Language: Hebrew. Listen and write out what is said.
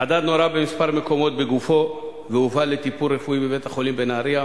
חדד נורה בכמה מקומות בגופו והובא לטיפול רפואי בבית-החולים בנהרייה.